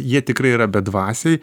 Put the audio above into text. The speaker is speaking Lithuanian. jie tikrai yra bedvasiai